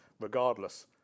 regardless